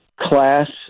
class